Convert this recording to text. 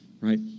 right